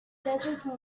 desert